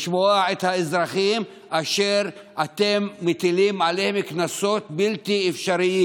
לשמוע את האזרחים אשר אתם מטילים עליהם קנסות בלתי אפשריים.